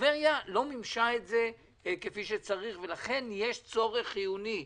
טבריה לא מימשה אותן כפי שצריך ולכן יש צורך חיוני,